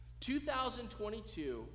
2022